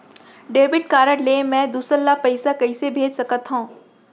Debit card ले मैं दूसर ला पइसा कइसे भेज सकत हओं?